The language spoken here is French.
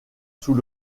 sous